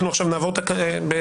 אנחנו עכשיו נעבור על התקנות,